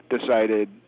decided